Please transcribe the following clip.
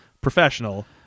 professional